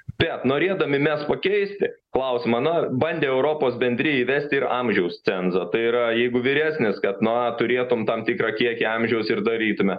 bet norėdami mes pakeisti klausimą na bandė europos bendrija įvesti ir amžiaus cenzą tai yra jeigu vyresnis kad na turėtum tam tikrą kiekį amžiaus ir darytume